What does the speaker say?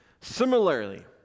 Similarly